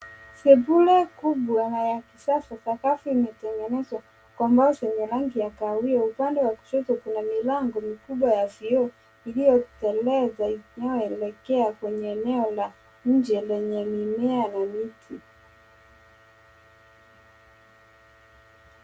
Sebule kubwa na ya kisasa. Sakafu imetengenezwa kwa mbao zenye rangi ya kahawia. Upande wa kushoto kuna milango mikubwa ya kioo iliyopendeza iliyoelekea kwenye eneo la nje lenye mimea na miti.